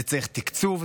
זה צריך תקצוב,